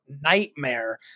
nightmare